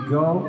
go